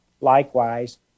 likewise